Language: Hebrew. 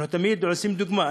אנחנו תמיד עושים דוגמה.